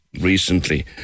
recently